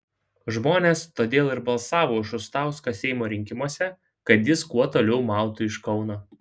žmonės todėl ir balsavo už šustauską seimo rinkimuose kad jis kuo toliau mautų iš kauno